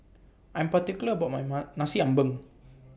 I'm particular about My Ma Nasi Ambeng